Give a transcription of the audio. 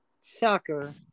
soccer